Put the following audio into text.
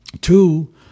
two